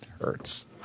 Hurts